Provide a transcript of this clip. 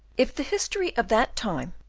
if the history of that time,